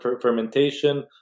fermentation